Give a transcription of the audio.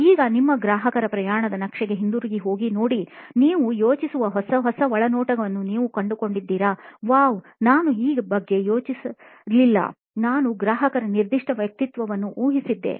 ಈಗ ನಿಮ್ಮ ಗ್ರಾಹಕರ ಪ್ರಯಾಣದ ನಕ್ಷೆಗೆ ಹಿಂತಿರುಗಿ ಹೋಗಿ ನೋಡಿ ಮತ್ತು ನೀವು ಯೋಚಿಸುವ ಹೊಸ ಹೊಸ ಒಳನೋಟವನ್ನು ನೀವು ಕಂಡುಕೊಂಡಿದ್ದೀರಾ ವಾಹ್ ನಾನು ಈ ಬಗ್ಗೆ ಯೋಚಿಸಲಿಲ್ಲ ನಾನು ಗ್ರಾಹಕರ ನಿರ್ದಿಷ್ಟ ವ್ಯಕ್ತಿತ್ವವನ್ನು ಊಹಿಸಿದ್ದೆ